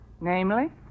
Namely